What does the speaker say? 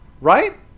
Right